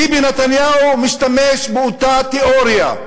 ביבי נתניהו משתמש באותה תיאוריה.